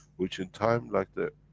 which in time like the,